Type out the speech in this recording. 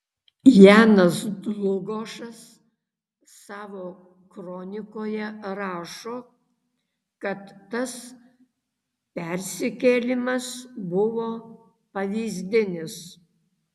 janas dlugošas savo kronikoje rašo kad tas persikėlimas buvo pavyzdinis